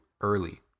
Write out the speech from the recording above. early